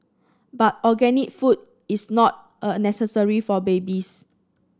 but organic food is not a necessary for babies